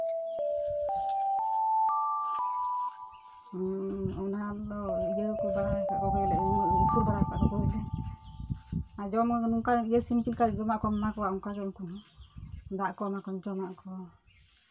ᱚᱱᱟᱫᱚ ᱤᱭᱟᱹ ᱠᱚ ᱵᱟᱲᱟᱭ ᱠᱟᱜ ᱠᱚᱜᱮᱭᱟᱞᱮ ᱩᱱᱟᱹᱜ ᱟᱹᱥᱩᱞ ᱵᱟᱲᱟᱣ ᱠᱟᱫ ᱠᱚᱫᱚ ᱞᱮ ᱟᱨ ᱡᱚᱢ ᱱᱚᱝᱠᱟ ᱤᱭᱟᱹ ᱥᱤᱢ ᱪᱮᱫᱞᱮᱠᱟ ᱡᱚᱢᱟᱜ ᱠᱚᱢ ᱮᱢᱟ ᱠᱚᱣᱟ ᱚᱱᱠᱟ ᱜᱮ ᱩᱱᱠᱩ ᱦᱚᱸ ᱫᱟᱜ ᱠᱚ ᱮᱢᱟ ᱠᱚᱢ ᱡᱚᱢᱟᱜ ᱠᱚ